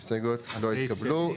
4 ההסתייגויות לא התקבלו.